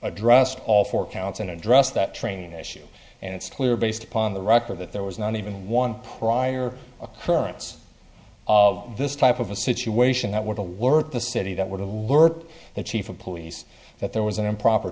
addressed all four counts and addressed that training issue and it's clear based upon the record that there was not even one prior currents of this type of a situation that would alert the city that would alert the chief of police that there was an improper